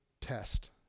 test